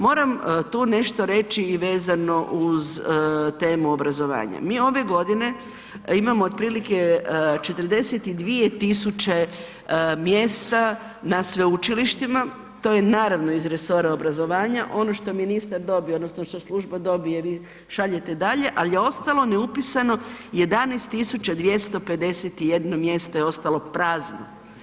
Moram tu nešto reći i vezano uz temu obrazovanja, mi ove godine imamo otprilike 42.000 mjesta na sveučilištima, to je naravno iz resora obrazovanja, ono što ministar dobije odnosno što služba dobije vi šaljete dalje, ali je ostalo neupisano 11.251 mjesto je ostalo prazno.